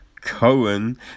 Cohen